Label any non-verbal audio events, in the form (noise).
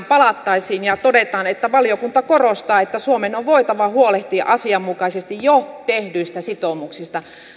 (unintelligible) palattaisiin ja todetaan että valiokunta korostaa että suomen on voitava huolehtia asianmukaisesti jo tehdyistä sitoumuksistaan